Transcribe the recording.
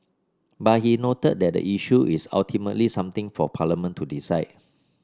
but he noted that the issue is ultimately something for parliament to decide